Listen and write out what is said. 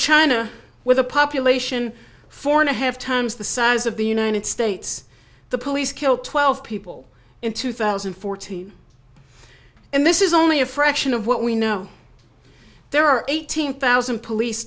china with a population four and a half times the size of the united states the police killed twelve people in two thousand and fourteen and this is only a fraction of what we know there are eighteen thousand police